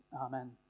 Amen